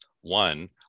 one